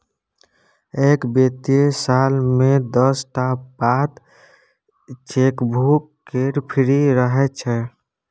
एक बित्तीय साल मे दस टा पात चेकबुक केर फ्री रहय छै